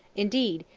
indeed,